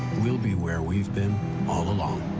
we'll be where we've been all along,